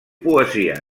poesia